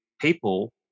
people